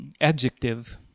adjective